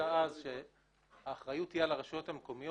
שהוצע אז דיבר על כך שהאחריות תהיה על הרשויות המקומיות.